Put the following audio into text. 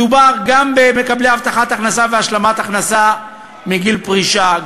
מדובר גם במקבלי הבטחת הכנסה והשלמת הכנסה מגיל פרישה,